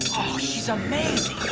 ah, she's amazing.